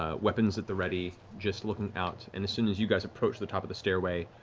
ah weapons at the ready, just looking out. and as soon as you guys approach the top of the stairway,